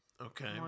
Okay